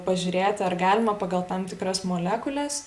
pažiūrėti ar galima pagal tam tikras molekules